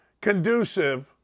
conducive